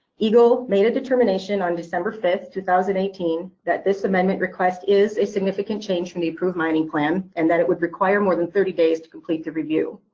egle made a determination on december fifth, two thousand and eighteen that this amendment request is a significant change from the approved mining plan, and that it would require more than thirty days to complete the review.